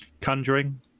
Conjuring